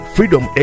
Freedom